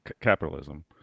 capitalism